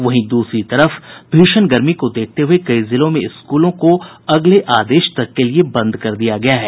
वहीं दूसरी तरफ भीषण गर्मी को देखते हुये कई जिलों में स्कूलों को अगले आदेश तक के लिए बंद कर दिया गया है